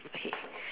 K